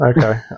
Okay